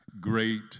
great